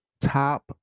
Top